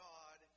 God